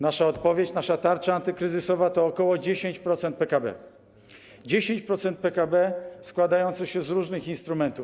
Nasza odpowiedź, nasza tarcza antykryzysowa to ok. 10% PKB - 10% PKB składające się z różnych instrumentów.